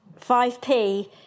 5P